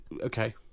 Okay